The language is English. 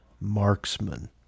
Marksman